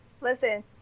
listen